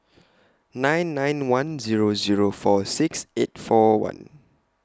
nine nine one Zero Zero four six eight four one